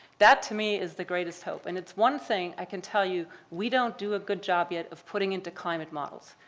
that, to me, is the greatest hope and it's one thing i can tell you we don't do a good job yet of putting into climate models.